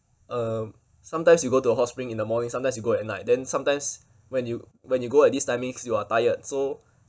um sometimes you go to a hot spring in the morning sometimes you go at night then sometimes when you when you go at this time means you are tired so